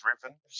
driven